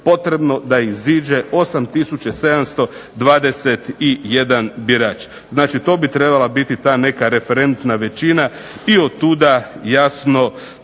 potrebno da iziđe 8721 birač. Znači to bi trebala biti ta neka referentna većina i otuda jasno